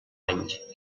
anys